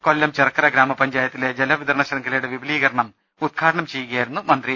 കൊല്ലം ചിറക്കര ഗ്രാമ പഞ്ചായത്തിലെ ജലവിതരണ ശൃംഖലയുടെ വിപുലീകരണം ഉദ്ഘാടനം ചെയ്യുകയായിരുന്നു മന്ത്രി